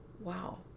wow